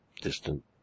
distant